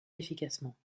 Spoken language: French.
efficacement